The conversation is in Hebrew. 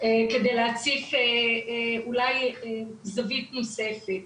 על מנת להציף היום אולי זווית נוספת.